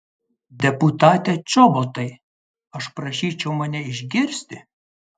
deputate čobotai aš prašyčiau mane išgirsti